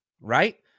right